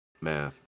math